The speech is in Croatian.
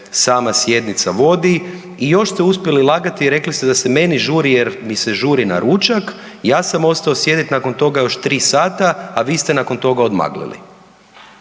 sama sjednica vodi i još ste uspjeli lagati i rekli ste da se meni žuri jer mi se žuri na ručak. Ja sam ostao sjediti nakon toga još 3 sata, a vi ste nakon toga odmaglili.